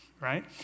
Right